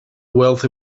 wealthy